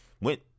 went